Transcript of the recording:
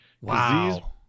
Wow